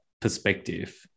perspective